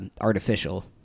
artificial